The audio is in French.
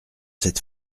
cette